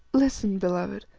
listen, beloved,